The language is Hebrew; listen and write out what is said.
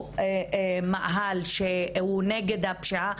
או מאהל שהוא נגד הפשיעה,